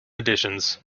editions